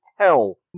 tell